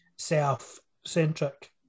self-centric